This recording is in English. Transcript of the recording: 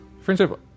Friendship